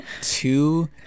two